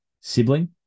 sibling